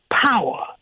power